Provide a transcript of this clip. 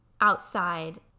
outside